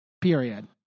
period